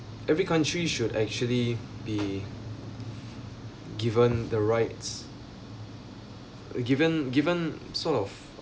every country should actually be given the rights given given sort of